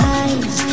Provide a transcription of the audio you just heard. eyes